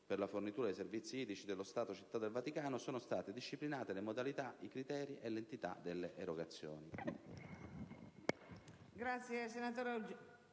per la fornitura dei «servizi idrici» dello Stato Città del Vaticano» sono state disciplinate le modalità, i criteri e l'entità delle erogazioni.